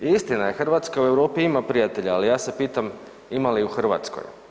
I istina je, Hrvatska u Europi ima prijatelja ali ja se pitam ima li u Hrvatskoj?